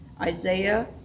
Isaiah